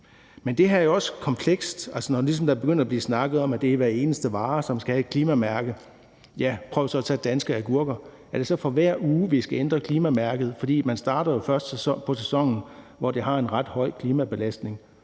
Men det her er jo også komplekst. Altså, når der begynder at blive snakket om, at det er hver eneste vare, som skal have et klimamærke, vil jeg sige: Ja, prøv så at tage danske agurker – er det så for hver uge, vi skal ændre klimamærket? For man starter jo først på sæsonen, hvor det har en ret høj klimabelastning,